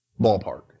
Ballpark